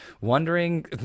wondering